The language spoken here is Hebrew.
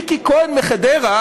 ריקי כהן מחדרה,